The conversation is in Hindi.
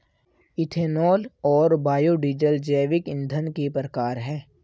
इथेनॉल और बायोडीज़ल जैविक ईंधन के प्रकार है